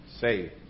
say